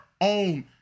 own